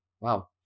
Wow